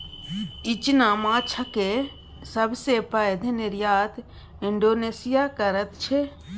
इचना माछक सबसे पैघ निर्यात इंडोनेशिया करैत छै